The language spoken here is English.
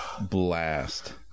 blast